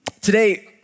today